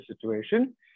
situation